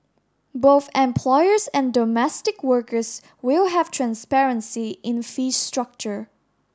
both employers and domestic workers will have transparency in fee structure